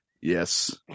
Yes